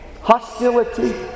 hostility